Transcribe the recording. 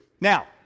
Now